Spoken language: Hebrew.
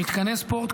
מתקני ספורט,